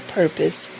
purpose